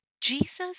Jesus